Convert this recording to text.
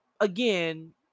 again